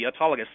autologous